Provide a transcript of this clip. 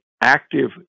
active